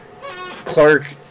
Clark